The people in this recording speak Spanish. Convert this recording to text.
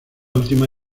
última